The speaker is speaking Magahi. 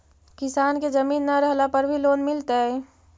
किसान के जमीन न रहला पर भी लोन मिलतइ?